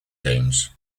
games